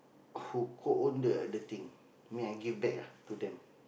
who co-own the the thing mean I give back ah to them